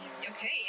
Okay